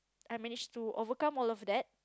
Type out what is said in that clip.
I managed to overcome all of that